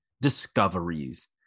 discoveries